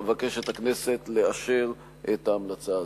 אבקש מהכנסת לאשר את ההמלצה הזאת.